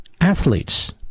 athletes